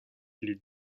les